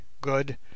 Good